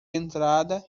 entrada